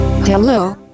Hello